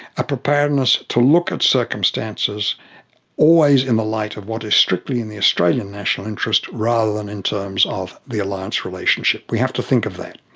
a preparedness to look at circumstances always in the light of what is strictly in the australian national interest, rather than in terms of the alliance relationship. we have to think of that.